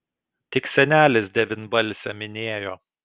tik senelis devynbalsę minėjo